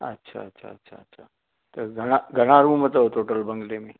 अच्छा अच्छा अच्छा अच्छा त घणा रूम अथव टोटल बंगले में